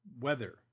weather